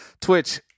Twitch